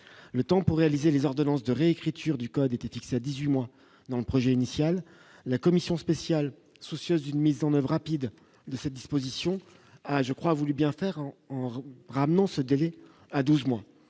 le temps pour réaliser les ordonnances de réécriture du code éthique c'est 18 mois dans le projet initial, la commission spéciale soucieuse d'une mise en oeuvre à pied d'cette disposition a je crois voulu bien faire en ramenant ce délai à 12 mois